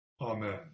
Amen